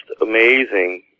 amazing